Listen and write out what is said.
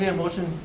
yeah motion.